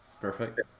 perfect